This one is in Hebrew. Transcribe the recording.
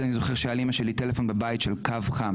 הם מריחים עכשיו רע יותר מאי פעם וגם האף שלך קולט את זה,